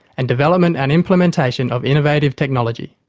and development and implementation of innovative technology.